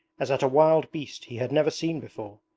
as at a wild beast he had never seen before,